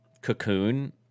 cocoon